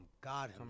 God